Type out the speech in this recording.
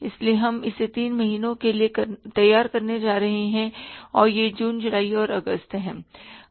इसलिए हम इसे तीन महीने के लिए तैयार करने जा रहे हैं और यह जून जुलाई और अगस्त है